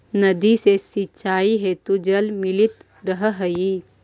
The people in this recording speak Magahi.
नदी से सिंचाई हेतु जल मिलित रहऽ हइ